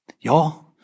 Y'all